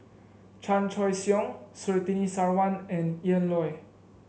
Chan Choy Siong Surtini Sarwan and Ian Loy